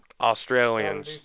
Australians